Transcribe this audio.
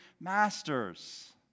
masters